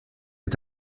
est